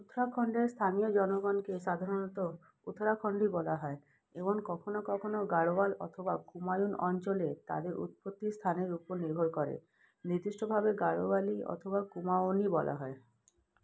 উত্তরাখণ্ডের স্থানীয় জনগণকে সাধারণত উত্তরাখণ্ডি বলা হয় এবং কখনও কখনও গাড়োয়াল অথবা কুমায়ুন অঞ্চলে তাদের উৎপত্তি স্থানের উপর নির্ভর করে নিদ্দিষ্টভাবে গাড়োয়ালি অথবা কুমাওনি বলা হয়